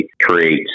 creates